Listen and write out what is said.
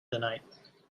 tonight